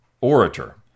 orator